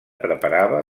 preparava